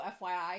FYI